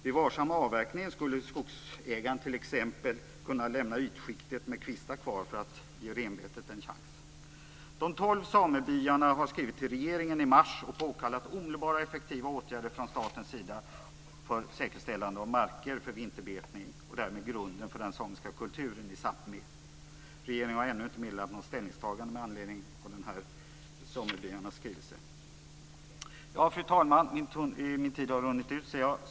Vid varsam avverkning skulle skogsägaren t.ex. kunna lämna ytskiktet med kvistar kvar för att ge renbetet en chans. De tolv samebyarna har i mars skrivit till regeringen och påkallat omedelbara och effektiva åtgärder från statens sida för säkerställande av marker för vinterbetning och därmed grunden för den samiska kulturen i Sápmi. Regeringen har ännu inte meddelat något ställningstagande med anledning av samebyarnas skrivelse. Fru talman! Jag ser att min talartid har runnit ut.